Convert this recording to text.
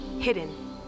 Hidden